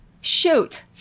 shoot